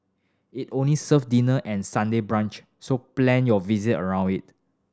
it only serve dinner and Sunday brunch so plan your visit around it